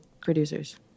producers